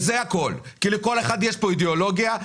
לכל אחד יש פה אידיאולוגיה.